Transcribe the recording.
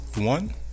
one